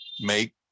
make